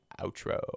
outro